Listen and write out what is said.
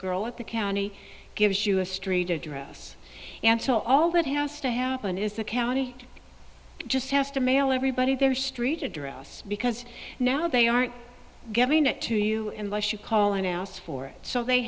girl at the county gives you a street address and so all that has to happen is the county just has to mail everybody their street address because now they aren't giving it to you unless you call and ask for it so they